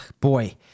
Boy